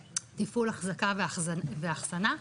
תפעול, אחזקה ואחסנה.